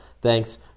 Thanks